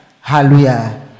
Hallelujah